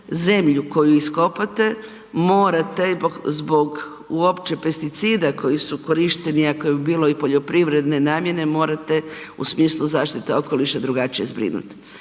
zemlju koju iskopate morate zbog uopće pesticida koji su korišteni ako je bilo i poljoprivredne namjene morate u smislu zaštite okoliša drugačije zbrinuti.